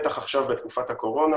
בטח עכשיו בתקופת הקורונה,